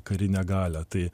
karinę galią tai